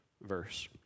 verse